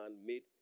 made